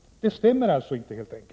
Det stämmer helt enkelt inte!